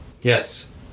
yes